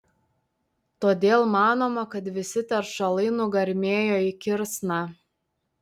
todėl manoma kad visi teršalai nugarmėjo į kirsną